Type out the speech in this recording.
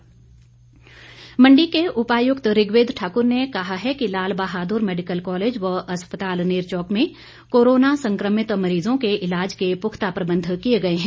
D C Mandi Mandi के उपायुक्त ऋग्वेद ठाकुर ने कहा है कि लाल बहादुर मेडिकल कॉलेज व अस्पताल नेरचौक में कोरोना संक्रमित मरीजों के इलाज के पुख्ता प्रबंध किए गए है